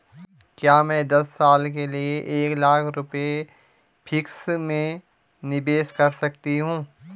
क्या मैं दस साल के लिए एक लाख रुपये फिक्स में निवेश कर सकती हूँ?